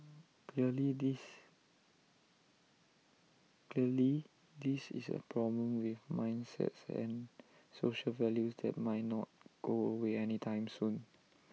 clearly this clearly this is A problem with mindsets and social values that might not go away anytime soon